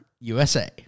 USA